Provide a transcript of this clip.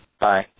bye